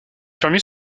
permis